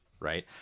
Right